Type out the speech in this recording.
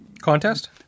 Contest